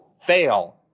fail